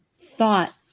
thought